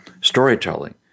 Storytelling